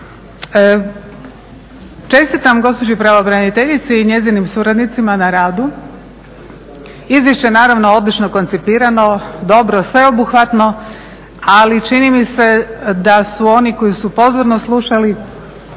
Čestitam gospođi pravobraniteljici i njezinim suradnicima na radu. Izvješće je naravno odlično koncipirano, dobro, sveobuhvatno ali čini mi se da su oni koji su pozorno slušali